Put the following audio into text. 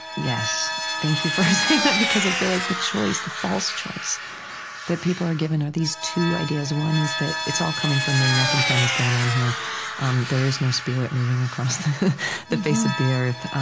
yes. thank you for saying that, because i feel like the choice, the false choice that people are given are these two ideas. one is that it's all coming from me nothing funny is going on here um there is no spirit moving across the the face of the earth.